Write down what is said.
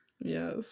Yes